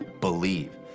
Believe